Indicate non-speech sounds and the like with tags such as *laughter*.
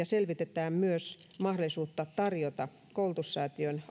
*unintelligible* selvitetään myös mahdollisuutta tarjota koulutussäätiön